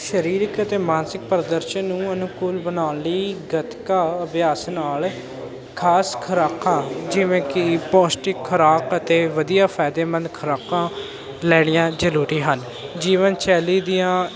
ਸਰੀਰਕ ਅਤੇ ਮਾਨਸਿਕ ਪ੍ਰਦਰਸ਼ਨ ਨੂੰ ਅਨੁਕੂਲ ਬਣਾਉਣ ਲਈ ਗਤਕਾ ਅਭਿਆਸ ਨਾਲ ਖਾਸ ਖੁਰਾਕਾਂ ਜਿਵੇਂ ਕਿ ਪੌਸ਼ਟਿਕ ਖੁਰਾਕ ਅਤੇ ਵਧੀਆ ਫ਼ਾਇਦੇਮੰਦ ਖੁਰਾਕਾਂ ਲੈਣੀਆਂ ਜ਼ਰੂਰੀ ਹਨ ਜੀਵਨਸ਼ੈਲੀ ਦੀਆਂ